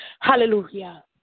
Hallelujah